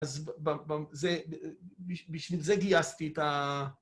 ‫אז בשביל זה גייסתי את ה...